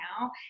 now